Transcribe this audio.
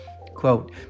Quote